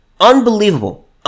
unbelievable